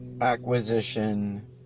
acquisition